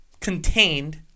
Contained